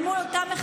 אל מול המחבלים,